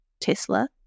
Tesla